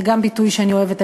גם זה ביטוי שאני אוהבת,